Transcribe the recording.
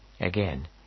Again